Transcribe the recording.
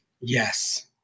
Yes